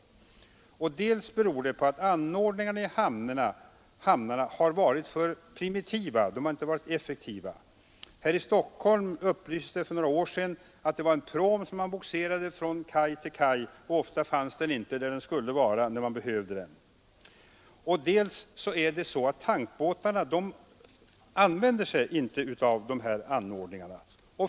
Dels beror detta på att anordningarna i hamnarna har varit för primitiva, de har inte varit effektiva. — Här i Stockholm upplystes det för några år sedan om att anordningen utgjordes av en pråm som bogserades från kaj till kaj och ofta inte fanns där den skulle vara när man behövde den. — Dels använder sig tankbåtarna inte av dessa anordningar.